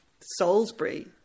Salisbury